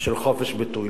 של חופש הביטוי.